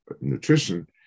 nutrition